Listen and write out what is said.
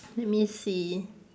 let me see